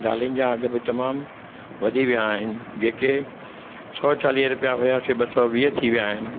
दालियुनि जां अघ बि तमामु वधी विया आहिनि जेके सौ चालीह रुपिया हुया से ॿ सौ वीह थी विया आहिनि